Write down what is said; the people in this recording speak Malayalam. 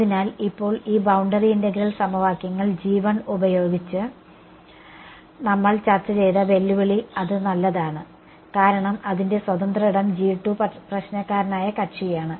അതിനാൽ ഇപ്പോൾ ഈ ബൌണ്ടറി ഇന്റഗ്രൽ സമവാക്യങ്ങൾ ഉപയോഗിച്ച് നമ്മൾ ചർച്ച ചെയ്ത വെല്ലുവിളി അത് നല്ലതാണ് കാരണം അതിന്റെ സ്വതന്ത്ര ഇടം പ്രശ്നക്കാരനായ കക്ഷിയാണ്